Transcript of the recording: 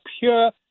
pure